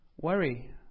worry